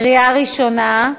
לקריאה ראשונה.